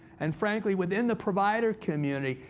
and frankly, within the provider community,